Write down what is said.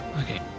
Okay